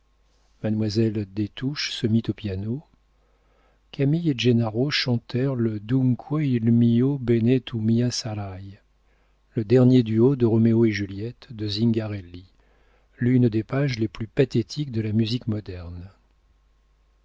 mademoiselle des touches se mit au piano camille et gennaro chantèrent le dunque il mio bene tu mia sarai le dernier duo de roméo et juliette de zingarelli l'une des pages les plus pathétiques de la musique moderne